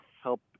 help